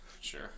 Sure